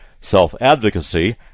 self-advocacy